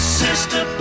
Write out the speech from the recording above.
sister